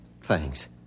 Thanks